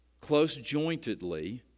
close-jointedly